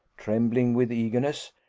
trembling with eagerness,